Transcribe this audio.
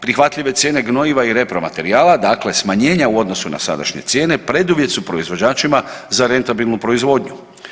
Prihvatljive cijene gnojiva i repromaterijala, dakle smanjenja u odnosu na sadašnje cijene preduvjet su proizvođačima za rentabilnu proizvodnju.